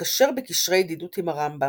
התקשר בקשרי ידידות עם הרמב"ם,